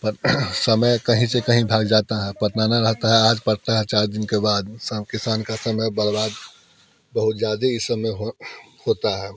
पर समय कहीं से कहीं भाग जाता है बताना रहता है आज पड़ता है चार दिन के बाद सब किसान का समय बर्बाद बहुत ज़्यादा इस समय होता है